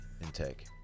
intake